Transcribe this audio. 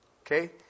Okay